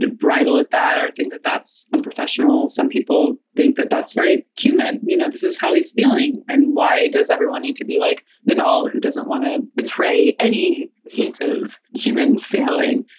bridle at that or think that that's unprofessional. some people think that that's very human. you know, this is how he's feeling. and why does everyone need to be like nadal, who doesn't want to betray any hint of human feeling?